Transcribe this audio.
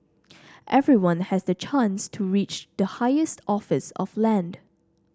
everyone has the chance to reach the highest office of land